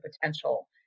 potential